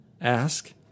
ask